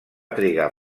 trigar